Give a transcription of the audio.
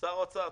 שר האוצר,